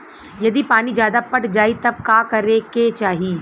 यदि पानी ज्यादा पट जायी तब का करे के चाही?